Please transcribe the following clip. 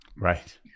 Right